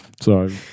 sorry